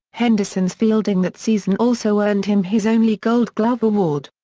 henderson's fielding that season also earned him his only gold glove award.